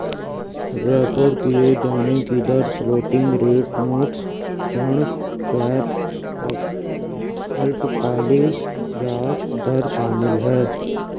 refer किये जाने की दर फ्लोटिंग रेट नोट्स ऋण स्वैप अल्पकालिक ब्याज दर शामिल है